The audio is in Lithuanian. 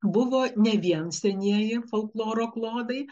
buvo ne vien senieji folkloro klodai